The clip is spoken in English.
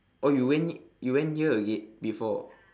oh you went you went here again before